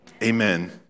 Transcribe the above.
Amen